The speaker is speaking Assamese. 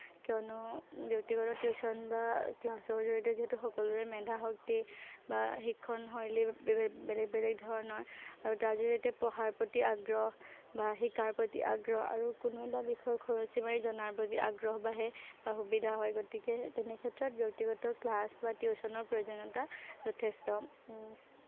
কিয়নো ব্যক্তিগত টিউশ্যন বা ক্লাছৰ জৰিয়তে যিহেতু সকলোৰে মেধাশক্তি বা শিক্ষণ শৈলীৰ বাবে বে বেলেগ বেলেগধৰণৰ আৰু তাৰ জৰিয়তে পঢ়াৰ প্ৰতি আগ্ৰহ বা শিকাৰ প্ৰতি আগ্ৰহ আৰু কোনো এটা বিষয় খৰচী মাৰি জনাৰ প্ৰতি আগ্ৰহ বাঢ়ে বা সুবিধা হয় গতিকে তেনে ক্ষেত্ৰত ব্যক্তিগত ক্লাছ বা